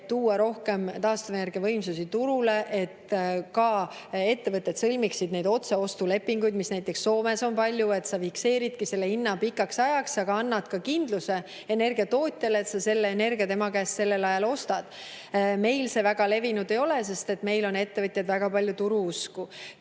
tuua rohkem taastuvenergia võimsusi turule, et ka ettevõtted sõlmiksid otseostulepinguid, mida näiteks Soomes on palju, et sa fikseeridki hinna pikaks ajaks, aga see annab ka kindluse energiatootjale, et sa selle energia tema käest sellel ajal ostad. Meil see väga levinud ei ole, sest meil on ettevõtjad väga palju turu usku.